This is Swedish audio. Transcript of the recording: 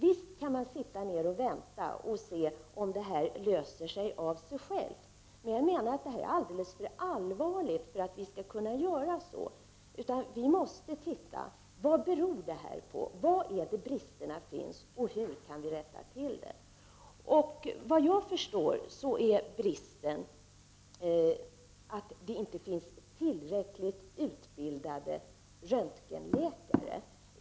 Visst kan man sitta och vänta och se om det löser sig av sig självt, men jag anser att det är alldeles för allvarligt för att vi skall kunna göra så. Vi måste se efter vad det beror på. Var finns bristerna och hur skall vi rätta till dem? Vad jag förstår är bristen att det inte finns tillräckligt med utbildade röntgenläkare.